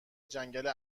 جنگل